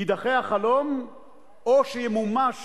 יידחה החלום או שימומש